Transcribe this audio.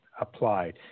applied